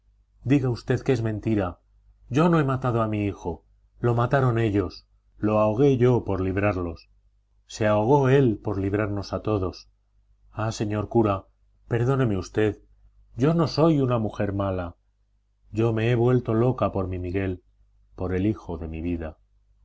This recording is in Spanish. diga usted que es mentira yo no he matado a mi hijo lo mataron ellos lo ahogué yo por librarlos se ahogó él por librarnos a todos ah señor cura perdóneme usted yo no soy una mujer mala yo me he vuelto loca por mi miguel por el hijo de mi vida